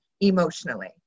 emotionally